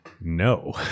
No